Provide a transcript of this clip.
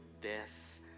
death